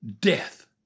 Death